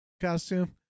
costume